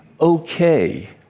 okay